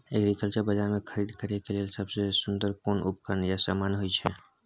Agriculture बाजार में खरीद करे के लेल सबसे सुन्दर कोन उपकरण या समान होय छै?